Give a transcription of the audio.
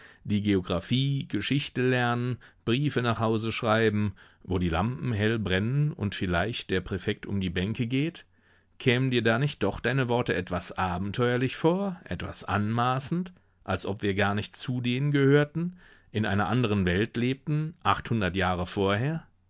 die geographie geschichte lernen briefe nach hause schreiben wo die lampen hell brennen und vielleicht der präfekt um die bänke geht kämen dir da nicht doch deine worte etwas abenteuerlich vor etwas anmaßend als ob wir gar nicht zu denen gehörten in einer anderen welt lebten achthundert jahre vorher